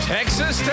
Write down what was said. Texas